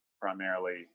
primarily